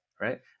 Right